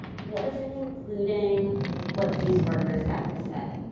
wasn't including what these workers had to say.